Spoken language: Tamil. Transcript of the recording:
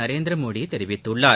நரேந்திரமோடி தெரிவித்துள்ளார்